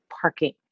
parking